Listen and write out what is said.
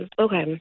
okay